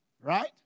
Right